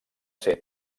ser